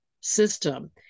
system